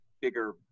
bigger